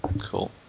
Cool